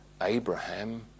Abraham